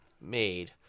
made